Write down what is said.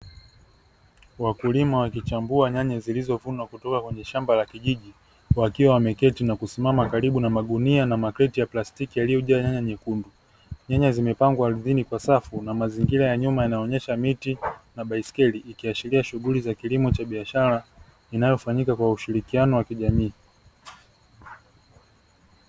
Wakulima wakichambua nyanya zilizolimwa kutoka kwenye shamba la kijiji, wakiwa wameketi na kusimama Karibu na magunia na makreti ya plastiki yaliyojaa nyanya nyekundu, nyanya zimepangwa ardhini kwa safu na mazingira ya nyuma yanaonyesha miti na baiskeli, ikiashiria shughuli za kibiashara inayofanyika kwa ushirikiano wa kijamii.